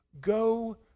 go